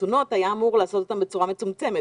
וחתונות היה אמור לעשות בצורה מצומצמת.